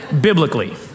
biblically